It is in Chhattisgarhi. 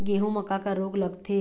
गेहूं म का का रोग लगथे?